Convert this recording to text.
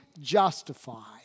justified